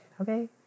okay